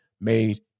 made